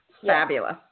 Fabulous